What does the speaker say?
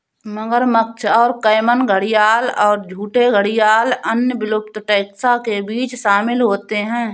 मगरमच्छ और कैमन घड़ियाल और झूठे घड़ियाल अन्य विलुप्त टैक्सा के बीच शामिल होते हैं